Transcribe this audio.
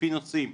לפי נושאים,